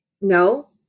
No